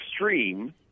extreme